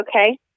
okay